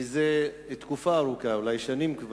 זה תקופה ארוכה, אולי כבר שנים,